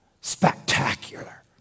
Spectacular